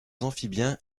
amphibiens